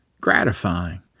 gratifying